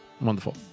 Wonderful